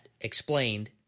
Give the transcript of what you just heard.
explained